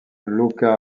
luca